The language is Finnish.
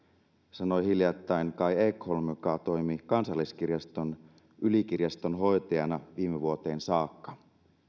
sanoi hiljattain kai ekholm joka toimi kansalliskirjaston ylikirjastonhoitajana viime vuoteen saakka